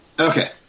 okay